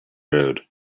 road